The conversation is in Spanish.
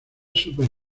super